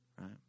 right